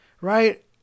right